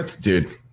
Dude